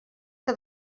que